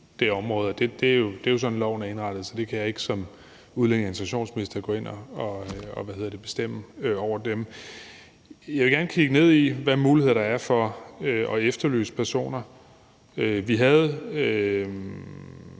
det område. Det er jo sådan, loven er indrettet. Så det kan jeg ikke som udlændinge- og integrationsminister gå ind og bestemme. Jeg vil gerne kigge ned i, hvilke muligheder der er for at efterlyse personer. Vi havde